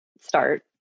start